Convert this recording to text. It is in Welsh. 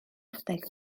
adeg